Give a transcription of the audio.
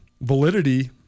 validity